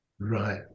Right